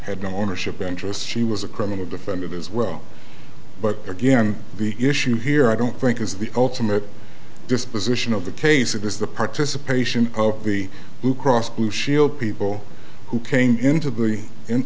no ownership interest she was a criminal defendant as well but again the issue here i don't think is the ultimate disposition of the case it is the participation of the blue cross blue shield people who came into the